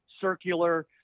circular